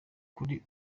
kuri